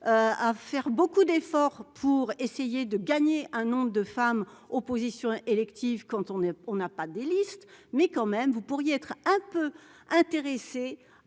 à faire beaucoup d'efforts pour essayer de gagner un nombre de femmes opposition électives quand on est, on n'a pas des listes, mais quand même, vous pourriez être un peu intéressé